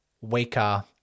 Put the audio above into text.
weaker